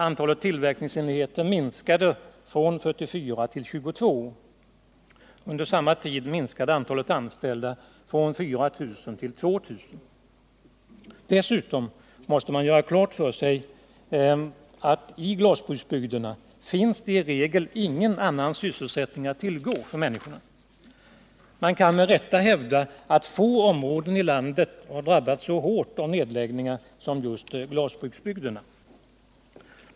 Antalet tillverkningsenheter minskade från 44 till 22. Under samma tid minskade antalet anställda från 4 000 till 2000. Dessutom måste man göra klart för sig att i glasbruksbygderna finns det i regel ingen annan sysselsättning att tillgå för människorna. Man kan med rätta hävda att få områden i landet har drabbats så hårt av nedläggningar som just glasbruksbygderna.